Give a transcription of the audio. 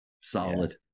solid